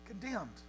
condemned